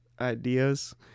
ideas